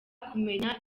kumenya